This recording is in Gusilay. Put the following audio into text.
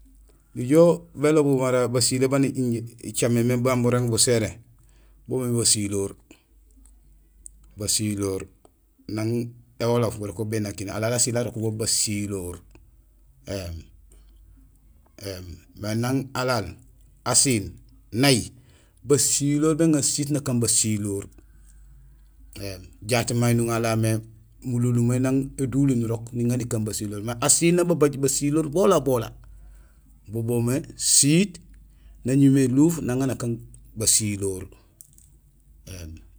Nijool bélobul mara basilé baan injé icaméén mé ban burég buséré bo boomé basiloor; bsiloor; nang éwoloof gurok bo béna kiin; alaal asiil arok bo basiloor. Mais nang alaal; asiil nay; basiloor béŋa siit nakaan basiloor. Jaat may nuŋanla mé mulunlumay nang éduliin nurok nuŋa nikaan basiloor. Mais asiil nababaaj basiloor bola bola bo boomé siit nañumé éluuf naŋa nakaan basiloor.